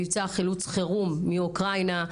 מבצע חילוץ חירום מאוקראינה.